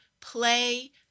play